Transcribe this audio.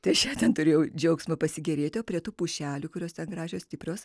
tai šiandien turėjau džiaugsmo pasigėrėti prie tų pušelių kuriuose gražios stiprios